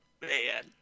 Man